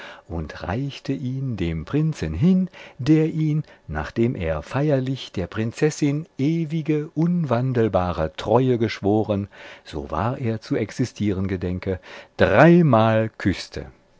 und reichte ihn dem prinzen hin der ihn nachdem er feierlich der prinzessin ewige unwandelbare treue geschworen so wahr er zu existieren gedenke dreimal küßte